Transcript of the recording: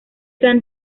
san